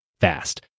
fast